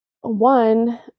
one